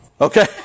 Okay